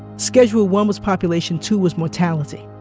schedule one was population. two was mortality